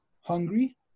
hungry